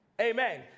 Amen